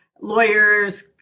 lawyers